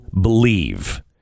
believe